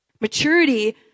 Maturity